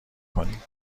کنیم